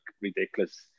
ridiculous